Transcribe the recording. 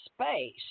space